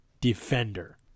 defender